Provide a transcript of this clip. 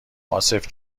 عاصف